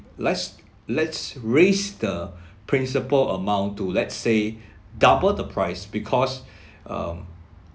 let's let's raise the principal amount to let's say double the price because um